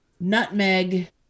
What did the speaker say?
Nutmeg